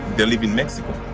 they live in mexico.